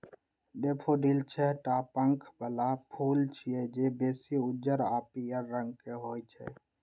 daffodil छह टा पंख बला फूल छियै, जे बेसी उज्जर आ पीयर रंग के होइ छै